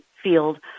field